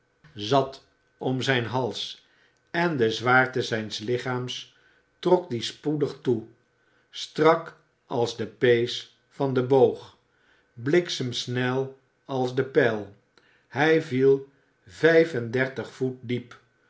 zat om zijn hals en de zwaarte zijns lichaams trok dien spoedig toe strak als de pees van den boog bliksemsnel als de pijl hij viel vijf en dertig voet diep